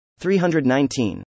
319